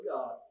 God